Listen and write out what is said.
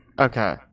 Okay